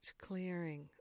clearing